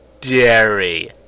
dairy